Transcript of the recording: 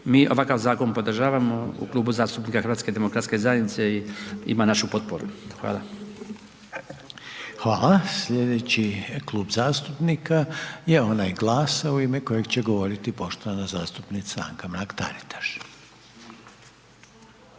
mi ovakav zakon podržavamo u Kluba zastupnika HDZ-a i ima našu potporu. Hvala. **Reiner, Željko (HDZ)** Hvala. Sljedeći klub zastupnika je onaj GLAS-a u ime kojeg će govoriti poštovana zastupnica Anka Mrak Taritaš.